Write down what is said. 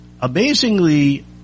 amazingly